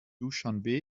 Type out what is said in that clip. duschanbe